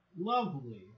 Lovely